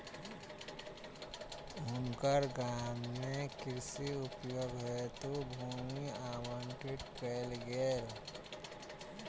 हुनकर गाम में कृषि उपयोग हेतु भूमि आवंटित कयल गेल